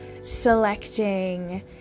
selecting